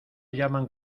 llaman